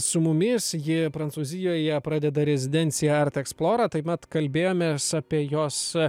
su mumis ji prancūzijoje pradeda rezidenciją art eksplora taip pat kalbėjomės apie jos